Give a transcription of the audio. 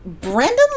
Brendan